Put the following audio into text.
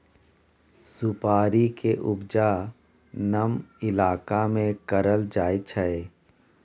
सुपारी के उपजा नम इलाका में करल जाइ छइ